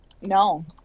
No